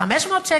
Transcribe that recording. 500 שקל.